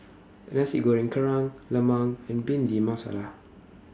Nasi Goreng Kerang Lemang and Bhindi Masala